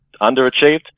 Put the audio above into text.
underachieved